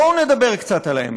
בואו נדבר קצת על האמת.